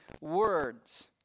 words